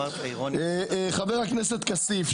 חבר הכנסת כסיף,